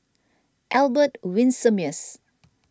Albert Winsemius